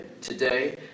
Today